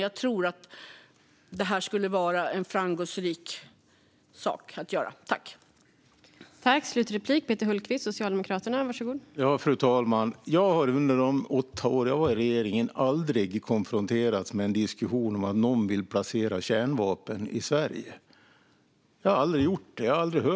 Jag tror att det skulle vara en framgångsrik sak att göra.